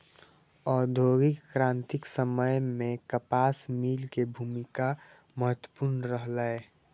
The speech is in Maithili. औद्योगिक क्रांतिक समय मे कपास मिल के भूमिका महत्वपूर्ण रहलै